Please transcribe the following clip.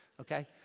okay